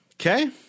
Okay